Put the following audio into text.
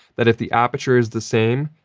that if the aperture is the same,